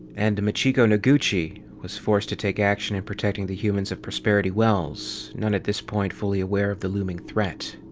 and machiko noguchi was forced to take action in protecting the humans of prosperity wells, none, at this point, fully aware of the looming threat.